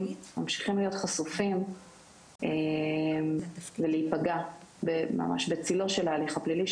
ממשיכים להיות חשופים ולהיפגע ממש בצלו של ההליך הפלילי,